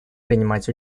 принимать